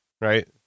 Right